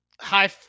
high